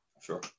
sure